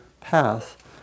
path